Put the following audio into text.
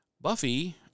Buffy